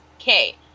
okay